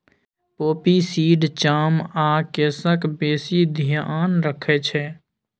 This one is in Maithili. पोपी सीड चाम आ केसक बेसी धेआन रखै छै